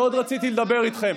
מאוד רציתי לדבר איתכם.